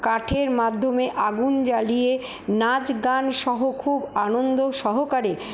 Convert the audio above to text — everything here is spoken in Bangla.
কাঠের মাধ্যমে আগুন জ্বালিয়ে নাচ গানসহ খুব আনন্দ সহকারে